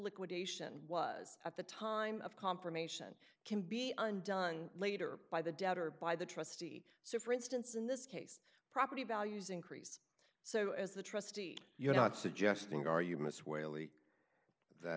liquidation was at the time of confirmation can be undone later by the debtor by the trustee so for instance in this case property values increase so as the trustee you're not suggesting are you miss whaley that